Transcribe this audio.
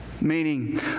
meaning